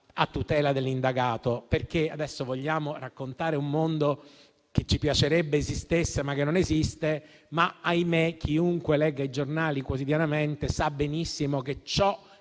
a tutela dell'indagato. Adesso vogliamo raccontare un mondo che ci piacerebbe esistesse, ma non esiste. Ahimè: chiunque legga i giornali quotidianamente sa benissimo che ciò